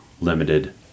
Limited